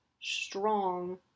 strong